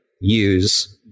use